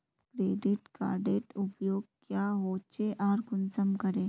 Credit कार्डेर उपयोग क्याँ होचे आर कुंसम करे?